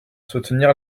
soutenir